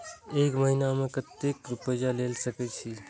एक महीना में केते रूपया ले सके छिए?